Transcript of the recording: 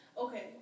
Okay